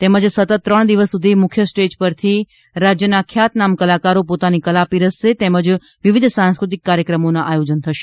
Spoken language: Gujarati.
તેમજ સતત ત્રણ દિવસ સુધી મુખ્ય સ્ટેજ પરથી રાજ્યના ખ્યાતનામ કલાકારો પોતાની કલા પીરસશે તેમજ વિવિધ સાંસ્ક્રતિક કાર્યક્રમોના આયોજનો થશે